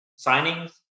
signings